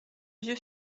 vieux